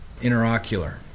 interocular